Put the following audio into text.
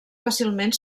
fàcilment